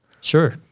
Sure